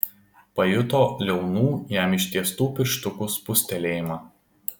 pajuto liaunų jam ištiestų pirštukų spustelėjimą